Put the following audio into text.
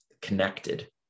connected